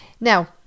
Now